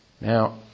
Now